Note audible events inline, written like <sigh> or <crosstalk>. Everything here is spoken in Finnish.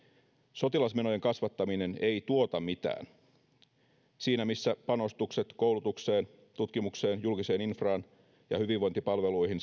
sotilasmenojen kasvattaminen ei tuota mitään siinä missä panostukset koulutukseen tutkimukseen julkiseen infraan hyvinvointipalveluihin <unintelligible>